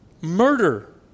murder